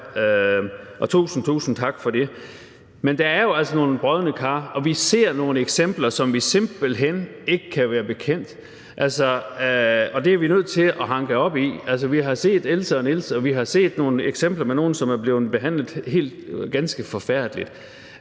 er. Tusind, tusind tak for det. Men der er jo altså nogle brodne kar, og vi ser nogle eksempler på noget, som vi simpelt hen ikke kan være bekendt, og det er vi nødt til at hanke op i. Altså, vi har set eksemplerne med Else og Niels; vi har set nogle eksempler med nogle, som er blevet behandlet ganske forfærdeligt,